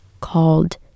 called